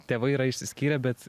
tėvai yra išsiskyrę bet